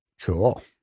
Cool